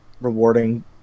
rewarding